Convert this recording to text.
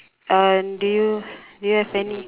uh do you do you have any